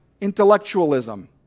intellectualism